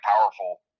powerful